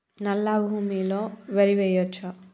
నల్లా భూమి లో వరి వేయచ్చా?